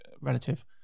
relative